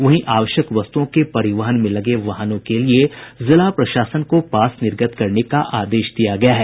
वहीं आवश्यक वस्तुओं के परिवहन में लगे वाहनों के लिये जिला प्रशासन को पास निर्गत करने का आदेश दिया गया है